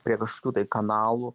prie kažkokių tai kanalų